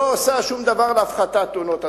לא עושה שום דבר להפחתת תאונות הדרכים,